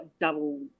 double